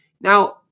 Now